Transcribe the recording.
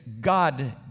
God